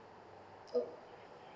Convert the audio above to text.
oh